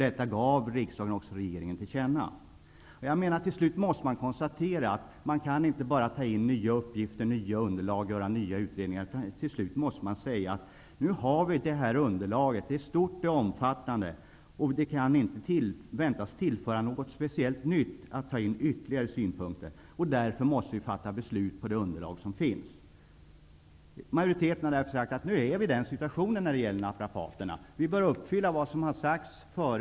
Detta gav riksdagen regeringen till känna. Slutligen måste det konstateras att man inte bara kan ta in nya uppgifter och underlag och göra nya utredningar. Till slut måste man säga: Nu har vi det här underlaget. Det är omfattande och kan inte väntas tillföra något speciellt nytt att inhämta ytterligare synpunkter på. Därför måste vi fatta beslut utifrån det underlag som finns. Majoriteten har därför sagt att vi är i den situationen när det gäller naprapaterna att vi bör fullgöra vad som tidigare har sagts här.